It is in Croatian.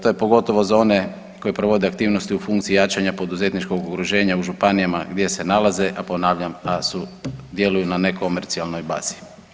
To je pogotovo za one koji provode aktivnosti u funkciji jačanja poduzetničkog okruženja u županijama gdje se nalaze, a ponavljam a sudjeluju na nekomercijalnoj bazi.